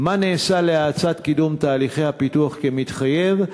2. מה נעשה להאצת קידום תהליכי הפיתוח כמתחייב?